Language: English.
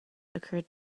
occurred